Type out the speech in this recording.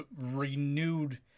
renewed